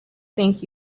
think